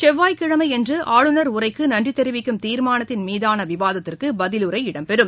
செவ்வாய்கிழமையன்று ஆளுநர் உரைக்கு நன்றி தெரிவிக்கும் தீர்மானத்தின் மீதான விவாதத்திற்கு பதிலுரை இடம்பெறும்